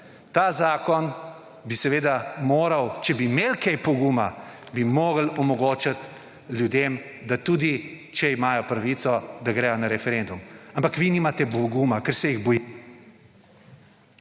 ta zakon bi morali, če bi imeli kaj poguma, omogočiti ljudem, da če imajo pravico, da gredo na referendum. Ampak vi nimate poguma, ker se jih bojite.